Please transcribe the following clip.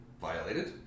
violated